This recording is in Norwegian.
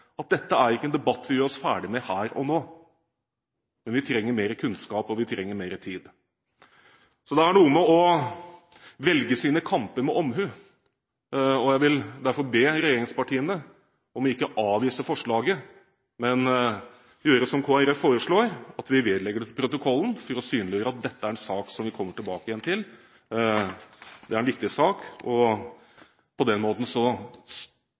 Dette er ikke en debatt vi gjør oss ferdig med her og nå. Vi trenger mer kunnskap, og vi trenger mer tid. Så det er noe med å velge sine kamper med omhu. Jeg vil derfor be regjeringspartiene om ikke å avvise forslaget, men gjøre som Kristelig Folkeparti foreslår, nemlig å vedlegge forslaget til protokollen for å synliggjøre at dette er en sak vi kommer tilbake til. Det er en viktig sak, og på den måten